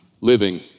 living